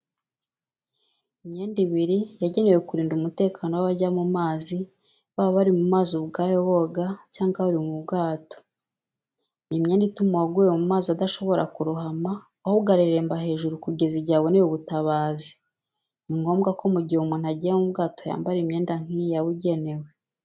Imyenda ibiri yagenewe kurinda umutekano w'abajya mu mazi, baba bari mu mazi ubwayo boga cyangwa bari mu bwato. Ni imyenda ituma uwaguye mu mazi adashobora kurohama, ahubwo areremba hejuru kugeza igihe aboneye ubutabazi. Ni ngombwa ko mu gihe umuntu agiye mu bwato yambara imyenda nk'iyi yabugenewe.